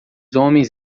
homens